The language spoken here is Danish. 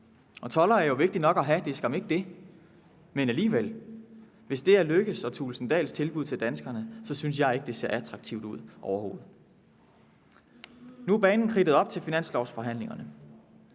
Toldere er vigtige nok at have, det er skam ikke det, men alligevel, hvis det er hr. Thulesen Dahls tilbud til danskerne, synes jeg ikke, det ser attraktivt ud overhovedet. Nu er banen kridtet op til finanslovsforhandlingerne,